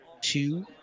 two